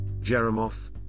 Jeremoth